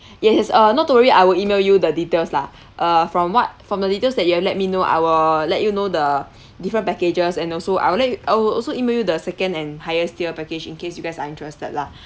yes uh not too worry I will email you the details lah uh from what from the details that you let me know I will let you know the different packages and also I will let you I will also email you the second and highest tier package in case you guys are interested lah